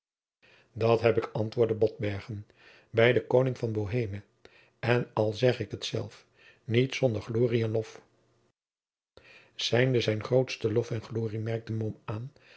dat heb ik antwoordde botbergen bij den koning van boheme en al zeg ik het zelf niet zonder glorie en lof zijnde zijn grootste lof en glorie merkte mom aan